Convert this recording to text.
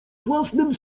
własnym